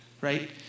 Right